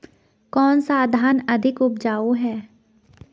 कौन सा धान अधिक उपजाऊ है?